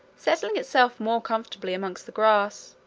settling itself more comfortably amongst the grass,